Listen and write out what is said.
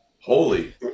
holy